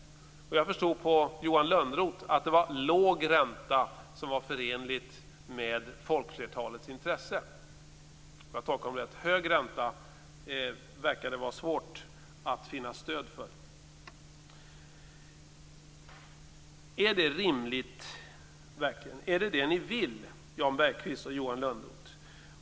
Jag förstod på Johan Lönnroth att det var låg ränta som var förenligt med folkflertalets intresse, om jag tolkade honom rätt. Hög ränta verkade det vara svårt att finna stöd för. Är det verkligen rimligt? Är det detta ni vill, Jan Bergqvist och Johan Lönnroth?